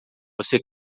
você